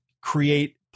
create